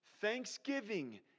Thanksgiving